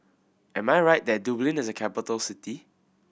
am I right that Dublin is a capital city